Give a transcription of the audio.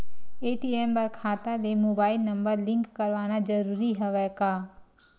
ATM बर खाता ले मुबाइल नम्बर लिंक करवाना ज़रूरी हवय का?